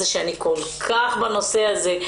זה שאני כבר כל כך בנושא הזה,